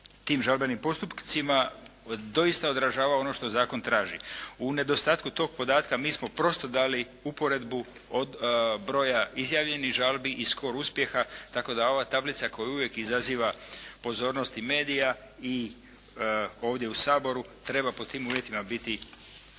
tim žalbenim postupcima doista odražava ono što zakon traži. U nedostatku tog podatka mi smo prosto dali uporedbu od broja izjavljenih žalbi i skor uspjeha, tako da ova tablica koja uvijek izaziva pozornost medija i ovdje u Saboru treba pod tim uvjetima biti